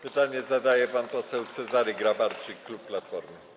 Pytanie zadaje pan poseł Cezary Grabarczyk, klub Platformy.